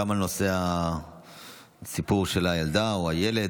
גם על נושא סיפור הילדה או הילד,